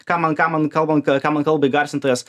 ką man ką man kalba ką man kalba įgarsintojas